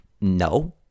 No